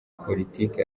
politike